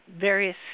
various